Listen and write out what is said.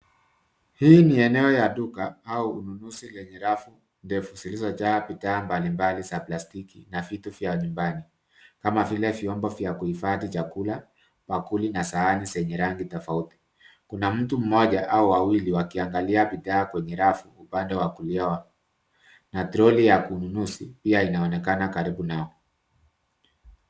Hii ni eneo ya duka au ununuzi lenye rafu ndefu zilizojaa bidhaa mbalimbali za plastiki na vitu vya nyumbani kama vile vyombo vya kuhifadhi chakula, bakuli na sahani zenye rangi tofauti. Kuna mtu mmoja au wawili wakiangalia bidhaa kwenye rafu upande wa kulia na troli ya ununuzi pia inaonekana karibu nao.